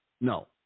no